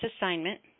assignment